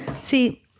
See-